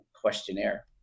questionnaire